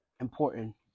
important